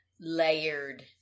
layered